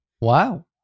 Wow